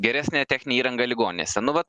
geresnė techninė įranga ligoninėse nu va